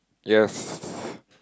yes